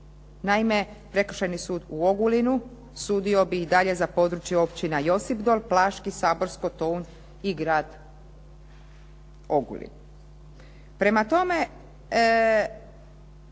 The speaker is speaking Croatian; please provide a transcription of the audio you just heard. Naime, Prekršajni sud u Ogulinu sudio bi i dalje za područje Općina Josipdol, Plaški, Saborsko, Tounj i grad Ogulin. Prema tome,